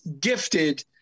gifted